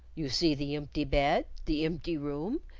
you see the empty bed, the empty room,